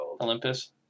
Olympus